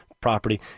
property